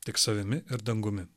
tik savimi ir dangumi